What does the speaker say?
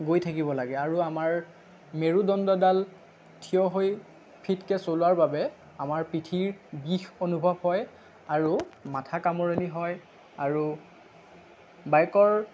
গৈ থাকিব লাগে আৰু আমাৰ মেৰুদণ্ডডাল থিয় হৈ ফিটকে চলোৱাৰ বাবে আমাৰ পিঠিৰ বিষ অনুভৱ হয় আৰু মাথা কামোৰণি হয় আৰু বাইকৰ